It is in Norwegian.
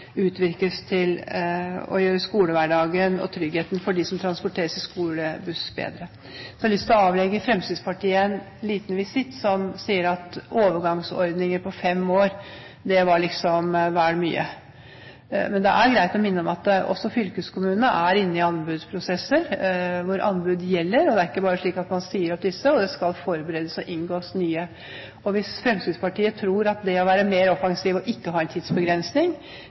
til at skolehverdagen og tryggheten til dem som transporteres i skolebuss, blir bedre. Så har jeg lyst til å avlegge Fremskrittspartiet en liten visitt. De sier at overgangsordninger på fem år er for mye. Men det er greit å minne om at også fylkeskommunene er inne i anbudsprosesser, og en har anbud som gjelder. Det er ikke slik at man bare sier opp disse – det skal forberedes og inngås nye avtaler. Hvis Fremskrittspartiet tror at det å være mer offensiv er å ikke ha en tidsbegrensning